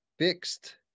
fixed